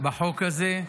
בחוק הזה,